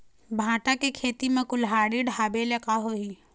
भांटा के खेती म कुहड़ी ढाबे ले का होही?